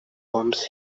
bombs